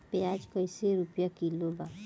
प्याज कइसे रुपया किलो बा?